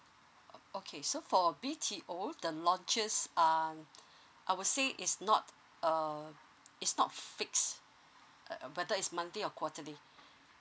okay so for B_T_O the launches um I would say it's not uh it's not fixed uh but that is monthly or quarterly